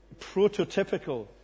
prototypical